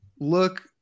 look